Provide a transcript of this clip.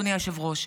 אדוני היושב-ראש.